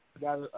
got